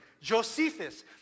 Josephus